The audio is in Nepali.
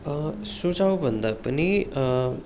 सुझाउ भन्दा पनि